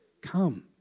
Come